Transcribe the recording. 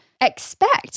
expect